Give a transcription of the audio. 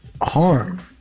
harm